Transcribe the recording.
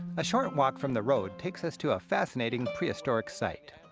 a short walk from the road takes us to a fascinating prehistoric site.